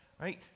right